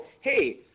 Hey